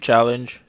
Challenge